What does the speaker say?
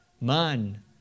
man